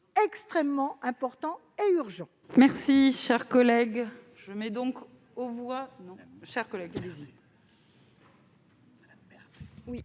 extrêmement important et urgent.